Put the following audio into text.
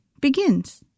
begins